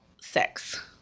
sex